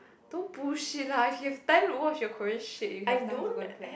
don't bullshit lah if you have time watch your Korean shit you have time to go and plan